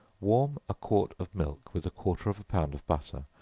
warm a quart of milk with a quarter of a pound of butter,